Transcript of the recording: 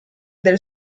del